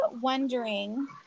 wondering